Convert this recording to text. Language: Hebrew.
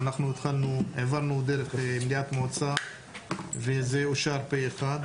העברנו דרך מליאת מועצה וזה אושר פה אחד,